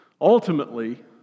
ultimately